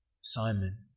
Simon